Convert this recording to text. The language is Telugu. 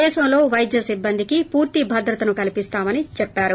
దేశంలో వైద్య సిబ్బందికి పూర్తి భద్రతను కల్సిస్తామని చెప్పారు